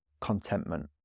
contentment